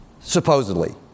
supposedly